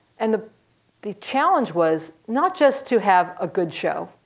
and the the challenge was not just to have a good show,